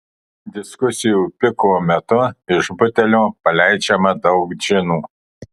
diskusijų piko metu iš butelio paleidžiama daug džinų